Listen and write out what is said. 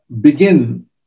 begin